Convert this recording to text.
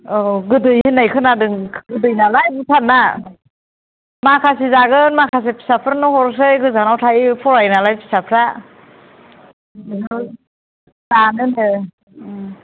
औ गोदै होन्नाय खोनादों गोदै नालाय भुटानना माखासे जागोन माखासे फिसाफोरनो हरनोसै गोजानाव थायो फरायो नालाय फिसाफ्रा जानोनो